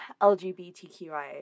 LGBTQIA